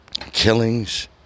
killings